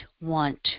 want